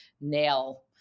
nail